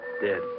Dead